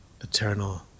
Eternal